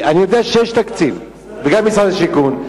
אני יודע שיש תקציב, וגם משרד השיכון.